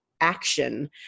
action